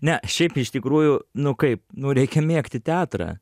ne šiaip iš tikrųjų nu kaip nu reikia mėgti teatrą